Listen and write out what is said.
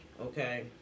Okay